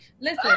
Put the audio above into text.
Listen